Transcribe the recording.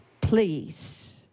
Please